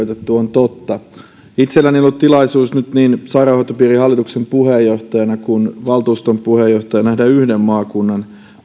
on totta itselläni on ollut tilaisuus nyt niin sairaanhoitopiirin hallituksen puheenjohtajana kuin valtuuston puheenjohtajana nähdä yhden maakunnan